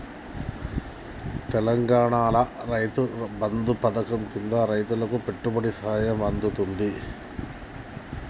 తెలంగాణాల రైతు బంధు పథకం కింద రైతులకు పెట్టుబడి సాయం అందుతాంది